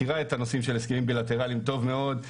מכירה את הנושא של הסכמים בילטרליים טוב מאוד,